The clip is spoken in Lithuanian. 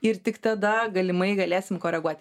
ir tik tada galimai galėsim koreguot